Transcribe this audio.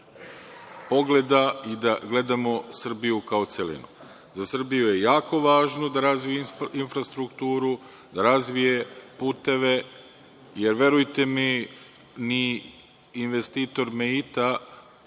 pogleda i da gledamo Srbiju kao celinu. Za Srbiju je jako važno da razvije infrastrukturu, da razvije puteve, jer, verujte mi, ni investitor „Meita“